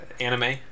anime